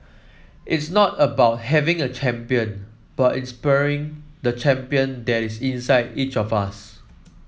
it's not about having a champion but inspiring the champion that is inside each of us